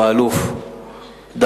עם האלוף דנגוט.